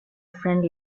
friend